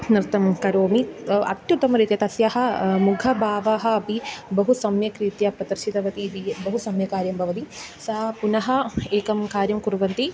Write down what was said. नृत्तं करोमि अत्युत्तमरीत्या तस्याः मुखभावः अपि बहु सम्यक् रीत्या प्रदर्शितवती इति बहु सम्यक् कार्यं भवति सा पुनः एकं कार्यं कुर्वन्ति